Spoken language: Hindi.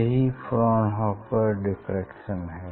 यही फ्रॉनहोफर डिफ्रैक्शन है